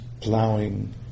plowing